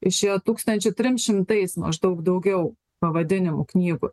išėjo tūkstančiu trim šimtais maždaug daugiau pavadinimų knygų